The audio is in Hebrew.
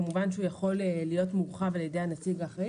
כמובן שהוא יכול להיות מורחב על ידי הנציג האחראי